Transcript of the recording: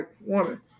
woman